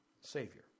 Savior